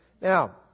Now